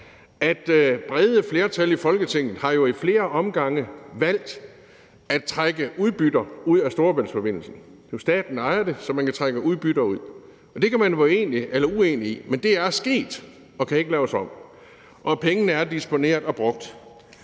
at brede flertal i Folketinget jo i flere omgange har valgt at trække udbytter ud af Storebæltsforbindelsen. Det er jo staten, der ejer den, så man kan trække udbytter ud. Det kan man være enig eller uenig i, men det er sket og kan ikke laves om. Og pengene er disponeret og brugt.